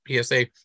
PSA